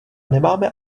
nemáme